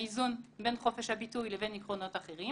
האיזון בין חופש הביטוי לבין עקרונות אחרים